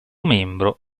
membro